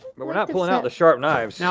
but we're not pulling out the sharp knives. now,